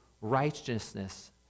righteousness